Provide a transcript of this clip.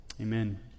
amen